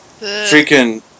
Freaking